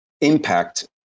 impact